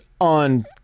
on